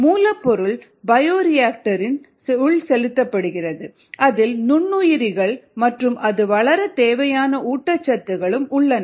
மூலப்பொருள் பயோரியாக்டர் இன் செலுத்தப்படுகிறது அதில் நுண்ணுயிரிகள் மற்றும் அது வளர தேவையான ஊட்டச்சத்துக்கள் உள்ளன